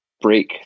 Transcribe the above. break